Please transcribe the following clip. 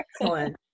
Excellent